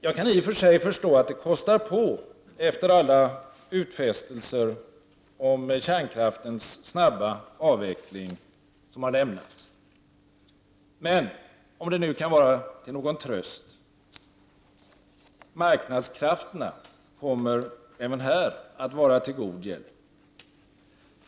Jag kan i och för sig förstå att det kostar på efter alla utfästelser om kärnkraftens snabba avveckling som har lämnats. Men, om det nu kan vara någon tröst, marknadskrafterna kommer även här att vara till god hjälp.